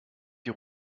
die